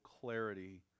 clarity